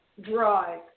drive